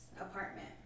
apartment